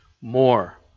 more